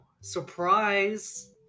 Surprise